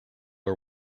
are